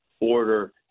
order